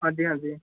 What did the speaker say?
ਹਾਂਜੀ ਹਾਂਜੀ